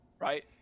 right